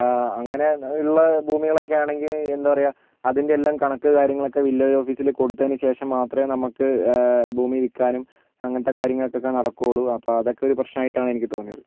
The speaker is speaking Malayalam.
അങ്ങനെ ഉള്ള ഭൂമികളൊക്കെ ആണെങ്കിൽ എന്താണ് പറയുക അതിന്റെ എല്ലാ കണക്ക് കാര്യങ്ങളൊക്കെ വില്ലേജ് ഓഫീസിൽ കൊടുത്തതിന് ശേഷം മാത്രമേ നമുക്ക് ഭൂമി വിൽക്കാനും അങ്ങനത്തെ കാര്യങ്ങൾക്കൊക്കെ നടക്കുള്ളൂ അപ്പോൾ അതൊക്കെ ഒരു പ്രശ്നമായിട്ടാണ് എനിക്ക് തോന്നിയത്